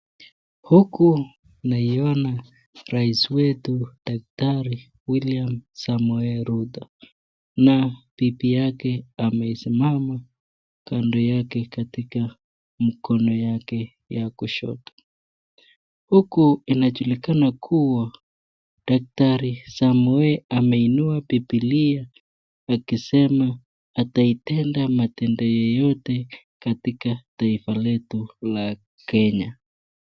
Huku naiona rais wetu William Samoei Ruto, na bibi yake amesimama kando yake katika mkono yake ya kushoto. Huku inajulikana kuwa daktari Samoei ameinua bibilia akisema ataitenda matendo yeyote katika taifa letu la Kenya.